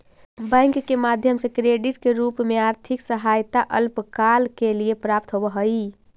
bank के माध्यम से क्रेडिट के रूप में आर्थिक सहायता अल्पकाल के लिए प्राप्त होवऽ हई